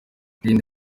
irinde